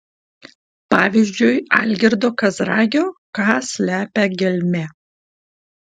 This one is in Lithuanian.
pavyzdžiui algirdo kazragio ką slepia gelmė